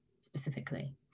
specifically